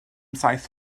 saith